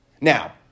Now